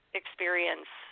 experience